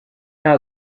nta